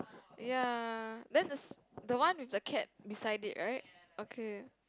ya then s~ the one with the cat beside it right okay